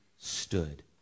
stood